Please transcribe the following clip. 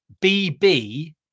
BB